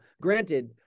granted